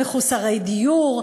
למחוסרי דיור,